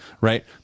Right